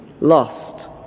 lost